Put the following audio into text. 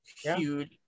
huge